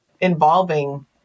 involving